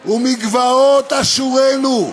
ומגבעות אשורנו"